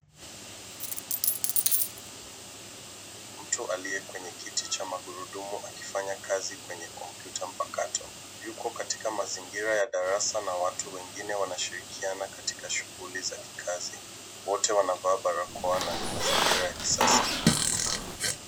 Mtu aliye kwenye kiti cha magurudumu akifanya kazi kwenye kompyuta mpakato. Yuko katika mazingira ya darasa na watu wengine wanashirikiana na shughuli za kikazi. Wote wanavaa barakoa na ni mazingira ya kisasa.